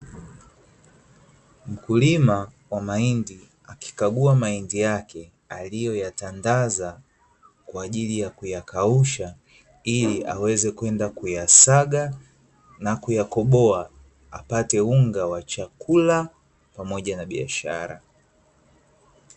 Mkulima wa mahindi akikagua mahindi yake aliyoyatandaza kwaajili ya kuyakausha ili aweze kwenda kuyasaga na kuyakoboa ili apate unga wa chakula pamoja na biashara.